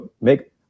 make